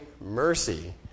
mercy